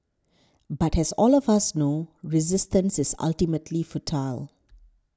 but has all of us know resistance is ultimately futile